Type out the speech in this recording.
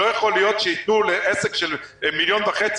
לא יכול להיות שייתנו לעסק של 1.5 מיליון